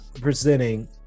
presenting